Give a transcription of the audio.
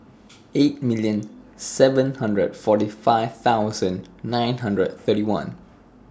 eight million seven hundred forty five thousand nine hundred thirty one